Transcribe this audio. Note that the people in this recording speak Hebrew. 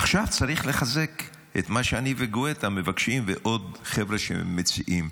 עכשיו צריך לחזק את מה שאני וגואטה מבקשים ועוד חבר'ה שמציעים.